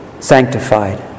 Sanctified